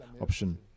option